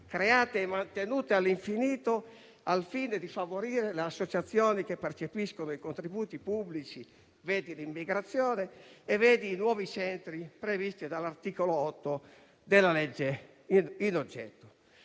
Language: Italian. create e mantenute all'infinito, al fine di favorire le associazioni che percepiscono i contributi pubblici (vedi l'immigrazione e i nuovi centri previsti dall'articolo 8 del disegno di legge